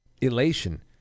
elation